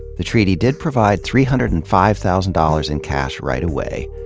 the treaty d id provide three hundred and five thousand dollars in cash right away,